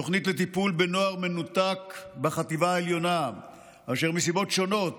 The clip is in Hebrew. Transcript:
תוכנית לטיפול בנוער מנותק בחטיבה העליונה אשר מסיבות שונות